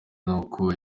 n’uko